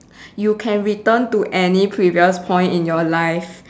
you can return to any previous point in your life